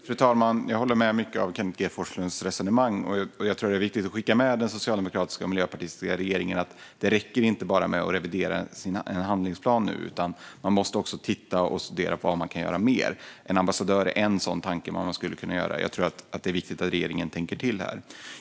Fru talman! Jag håller med om mycket av Kenneth G Forslunds resonemang. Jag tror att det är viktigt att skicka med den socialdemokratiska och miljöpartistiska regeringen att det inte räcker att bara revidera sin handlingsplan nu, utan man måste också studera vad man kan göra mer. Att utse en ambassadör är en sådan sak som man skulle kunna göra. Det är viktigt att regeringen tänker till här.